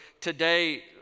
today